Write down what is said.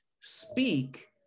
speak